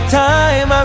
time